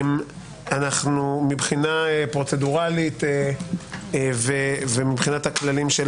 מבחינה פרוצדוראלית ומבחינת הכללים של